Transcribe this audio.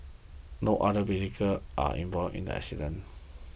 no other vehicle are involved in the accident